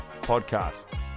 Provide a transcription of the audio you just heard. Podcast